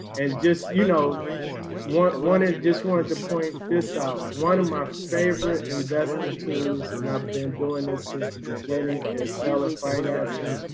and just you know wanted wanted just wanted to point this out one of my favorite investing tools and i've been doing this since the beginning is seller financing.